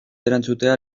erantzutea